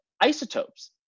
isotopes